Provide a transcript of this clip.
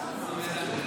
עליו.